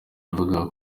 yavugaga